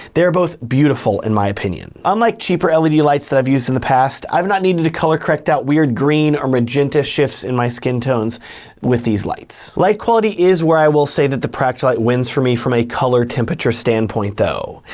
they're both beautiful in my opinion. unlike cheaper led lights that i've used in the past, i've not needed to color correct out weird green or magenta shifts in my skin tones with these lights. light quality is where i will say that the practilite wins for me, from a color temperature standpoint though.